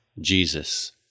Jesus